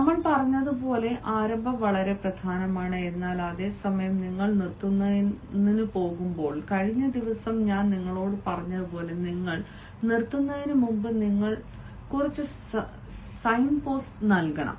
നമ്മൾ പറഞ്ഞതുപോലെ ആരംഭം വളരെ പ്രധാനമാണ് എന്നാൽ അതേ സമയം നിങ്ങൾ നിർത്തുന്നതിനു പോകുമ്പോൾ കഴിഞ്ഞ ദിവസം ഞാൻ നിങ്ങളോട് പറഞ്ഞതുപോലെ നിങ്ങൾ നിർത്തുന്നതിനുമുന്പ് നിങ്ങൾ കുറച്ച് സൈൻപോസ്റ്റ് നൽകണം